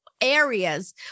areas